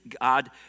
God